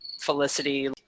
felicity